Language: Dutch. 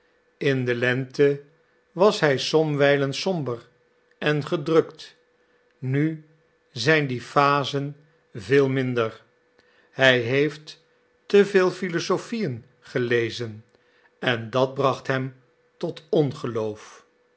in de lente was hij somwijlen somber en gedrukt nu zijn die phasen veel minder hij heeft te veel philosophieën gelezen en dat bracht hem tot ongeloof